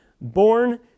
born